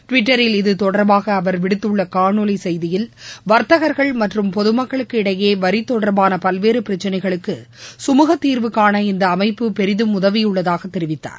டிவிட்டரில் இதுதொடர்பாக அவர் விடுத்துள்ள காணொலி செய்தியில் வர்த்தகர்கள் மற்றும் பொதுமக்களுக்கு இடையே வரி தொடர்பான பல்வேறு பிரச்சினைகளுக்கு சுமூகத்தீர்வுகாண இந்த அமைப்பு பெரிதும் உதவியுள்ளதாக தெரிவித்தார்